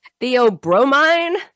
theobromine